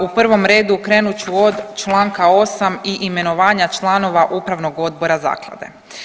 U prvom redu krenut ću od čl. 8. i imenovanja članova upravnog odbora zaklade.